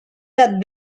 that